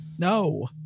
No